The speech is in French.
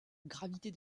gravité